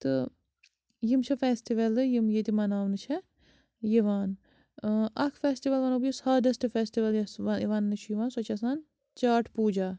تہٕ یِم چھِ فیٚسٹِوَلٕے یِم ییٚتہِ مَناونہٕ چھِ یِوان ٲں اَکھ فیٚسٹِوَل وَنہو بہٕ یُس ہارڈیٚسٹہٕ فیٚسٹِوَل یۄس وَننہٕ چھُ یِوان سۄ چھِ آسان چاٹ پوٗجا